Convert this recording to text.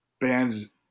bands